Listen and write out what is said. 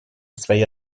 своей